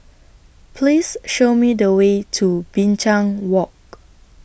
Please Show Me The Way to Binchang Walk